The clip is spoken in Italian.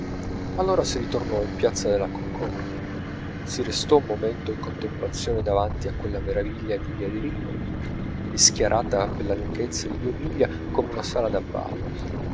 allora si ritornò in piazza della concordia si restò un momento in contemplazione davanti a quella meraviglia di via di rivoli rischiarata per la lunghezza di due miglia come una sala da ballo